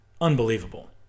Unbelievable